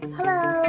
Hello